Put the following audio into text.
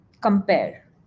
compare